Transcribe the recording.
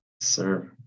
Sir